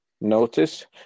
notice